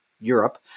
Europe